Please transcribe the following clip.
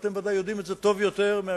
אתם ודאי יודעים את זה טוב יותר ממני,